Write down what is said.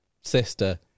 sister